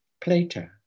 Plato